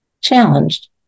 Challenged